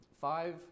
Five